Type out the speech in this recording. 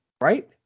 Right